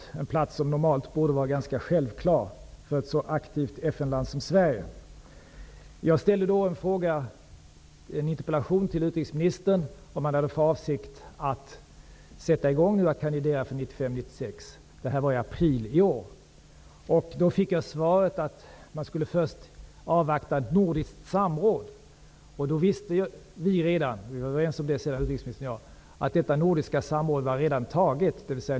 Det är en plats som normalt borde vara ganska självklar för ett så aktivt FN-land som Sverige. I mars i år ställde jag en interpellation till utrikesministern om man hade för avsikt att kandidera för 1995--1996. Då fick jag svaret att man först skulle avvakta ett nordiskt samråd. Då visste vi redan -- utrikesministern och jag var överens -- att detta nordiska samråd fanns.